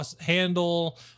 handle